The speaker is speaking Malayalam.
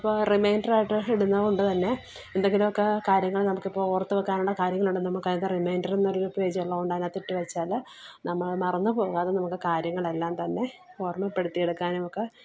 അപ്പോള് റിമൈൻറ്ററായിട്ട് ഇടുന്നതു കൊണ്ടു തന്നെ എന്തെങ്കിലുമൊക്ക കാര്യങ്ങള് നമുക്കിപ്പോള് ഓർത്തുവയ്ക്കാനുള്ള കാര്യങ്ങളുണ്ടെങ്കിൽ നമുക്കത് റിമൈൻഡർ എന്നൊരു പേജുള്ളതുകൊണ്ടുതന്നെ അതിനകത്തിട്ടുവച്ചാല് നമ്മള് മറന്നുപോകാതെ നമുക്ക് കാര്യങ്ങളെല്ലാന്തന്നെ ഓർമ്മപ്പെടുത്തിയെടുക്കാനുമൊക്കെ